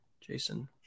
jason